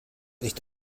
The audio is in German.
nicht